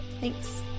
Thanks